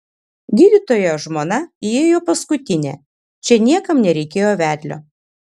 gydytojo žmona įėjo paskutinė čia niekam nereikėjo vedlio